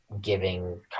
giving